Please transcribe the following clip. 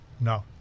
No